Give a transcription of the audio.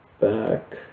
Back